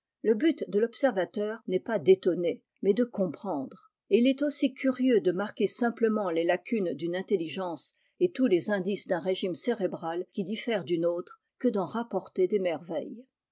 le but de l'observateur n'est pas d'étonner mais de comprendre et il est aussi curieux de marquer simplement les lacunes d'une intelligence e ous les indices d'un régime cérébral qui d re du nôtre que d'en rapporter des mecv